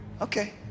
Okay